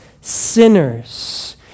sinners